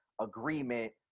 agreement